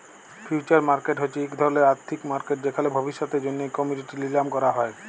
future market হছে ইক ধরলের আথ্থিক মার্কেট যেখালে ভবিষ্যতের জ্যনহে কমডিটি লিলাম ক্যরা হ্যয়